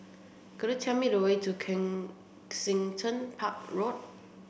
could you tell me the way to Kensington Park Road